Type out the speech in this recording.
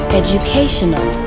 educational